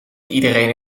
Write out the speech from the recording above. iedereen